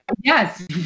Yes